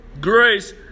grace